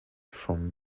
from